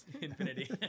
Infinity